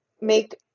make